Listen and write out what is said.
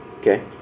Okay